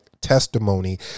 testimony